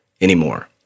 anymore